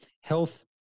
health